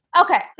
Okay